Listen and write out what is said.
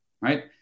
right